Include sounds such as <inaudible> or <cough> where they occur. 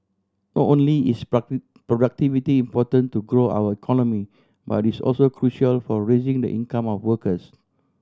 not only is <unintelligible> productivity important to grow our economy but it's also crucial for raising the income of workers